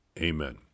Amen